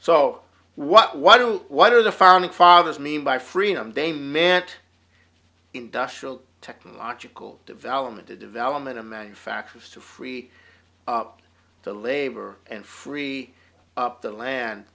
so what why don't what are the founding fathers mean by freedom they met industrial technological development the development of manufacturers to free up the labor and free up the land